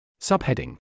Subheading